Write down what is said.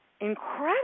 incredible